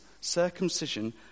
circumcision